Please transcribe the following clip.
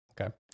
okay